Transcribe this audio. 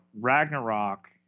Ragnarok